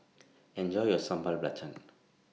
Enjoy your Sambal Belacan